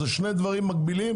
אלה שני דברים מקבילים,